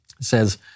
says